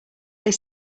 they